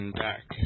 back